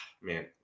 Man